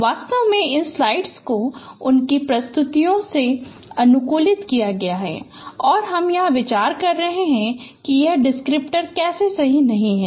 वास्तव में इन स्लाइड्स को उनकी प्रस्तुति से अनुकूलित किया गया है और हम यहाँ विचार कर रहे हैं कि ये डिस्क्रिप्टर कैसे सही नहीं हैं